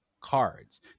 cards